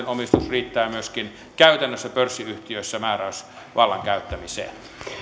omistus riittää myöskin käytännössä pörssiyhtiöissä määräysvallan käyttämiseen